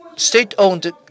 State-owned